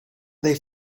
they